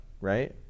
right